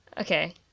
Okay